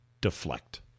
deflect